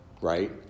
right